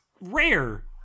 rare